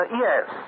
yes